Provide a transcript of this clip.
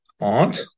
Aunt